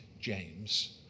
James